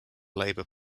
labour